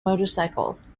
motorcycles